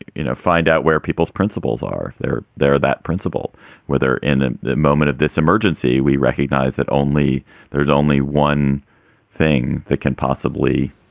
you know, find out where people's principles are they're there. that principle where they're in ah the moment of this emergency, emergency, we recognize that only there's only one thing that can possibly